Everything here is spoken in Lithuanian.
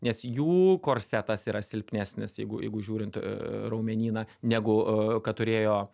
nes jų korsetas yra silpnesnis jeigu jeigu žiūrint raumenyną negu kad turėjo